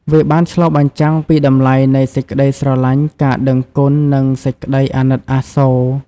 វាបានឆ្លុះបញ្ចាំងពីតម្លៃនៃសេចក្តីស្រឡាញ់ ការដឹងគុណ និងសេចក្តីអាណិតអាសូរ។